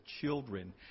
children